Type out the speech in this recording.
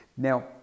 Now